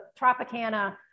Tropicana